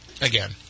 again